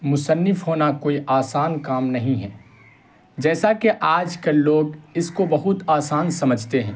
مصنف ہونا کوئی آسان کام نہیں ہے جیسا کہ آج کل لوگ اس کو بہت آسان سمجھتے ہیں